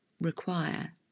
require